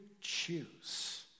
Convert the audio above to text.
choose